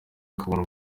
akabona